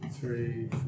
three